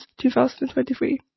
2023